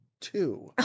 Two